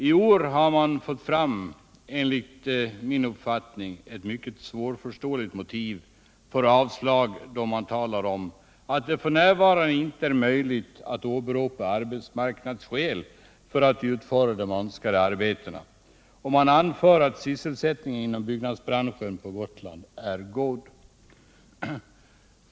I år har man fått fram ett —- enligt min uppfattning — mycket svårförståeligt motiv för avslag då man talar om att det f. n. inte är möjligt att åberopa arbetsmarknadsskäl för att utföra de önskade arbetena. Man anför att sysselsättningen inom byggnadsbranschen på Gotland är god.